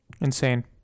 Insane